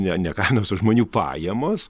ne ne kainos o žmonių pajamos